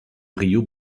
río